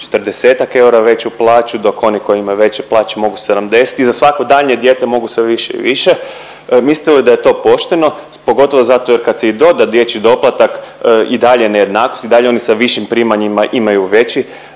40-ak eura veću plaću dok oni koji imaju veće plaće mogu 70 i za svako daljnje dijete mogu sve više i više. Mislite li da je to pošteno pogotovo zato jer kad se i doda dječji doplatak i dalje je nejednakost i dalje oni sa višim primanjima imaju veći,